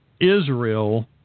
Israel